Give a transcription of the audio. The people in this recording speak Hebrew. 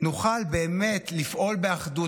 נוכל באמת לפעול באחדות,